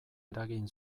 eragin